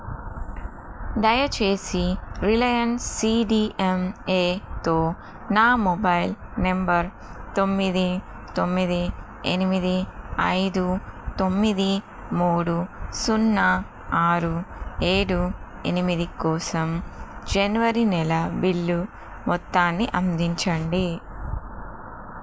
దయచేసి రిలయన్స్ సీడీఎంఏతో నా మొబైల్ నెంబర్ తొమ్మిది తొమ్మిది ఎనిమిది ఐదు తొమ్మిది మూడు సున్నా ఆరు ఏడు ఎనిమిది కోసం జనవరి నెల బిల్లు మొత్తాన్ని అందించండి